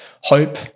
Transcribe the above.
hope